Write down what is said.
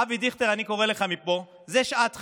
אבי דיכטר, אני קורא לך מפה: זו שעת חירום.